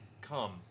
come